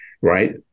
right